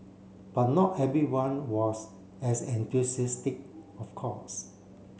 but not everyone was as enthusiastic of course